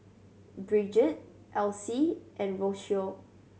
Brigid Elsie and Rocio